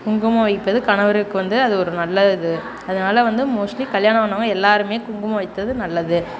குங்குமம் வைப்பது கணவருக்கு வந்து அது ஒரு நல்ல இது அதனாலே வந்து மோஸ்ட்லி கல்யாணம் ஆனவங்கள் எல்லோருமே குங்குமம் வைப்பது நல்லது